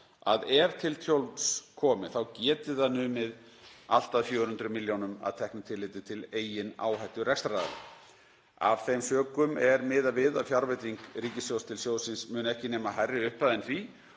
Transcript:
að ef til tjóns komi þá geti það numið allt að 400 millj. kr. að teknu tilliti til eigin áhættu rekstraraðila. Af þeim sökum er miðað við að fjárveiting ríkissjóðs til sjóðsins muni ekki nema hærri upphæð en því,